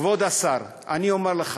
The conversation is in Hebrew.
כבוד השר, אני אומר לך